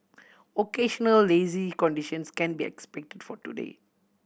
occasional lazy conditions can be expected for today